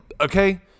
Okay